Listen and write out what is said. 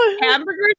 hamburgers